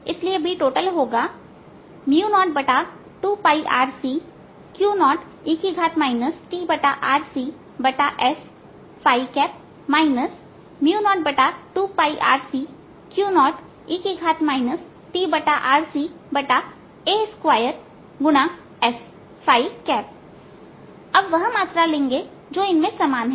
इसलिए Btatalहोगा 02RCQ0e tRCs 02RCQ0e tRCa2x s अब वह मात्रा लेंगे जो इनमें एक समान है